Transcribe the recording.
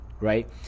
Right